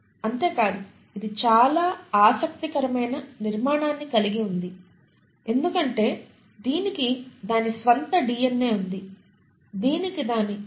అంటే కాదు ఇది చాలా ఆసక్తికరమైన నిర్మాణాన్ని కలిగి ఉంది ఎందుకంటే దీనికి దాని స్వంత డిఎన్ఏ ఉంది దీనికి దాని స్వంత రైబోజోములు కూడా ఉన్నాయి